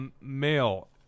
male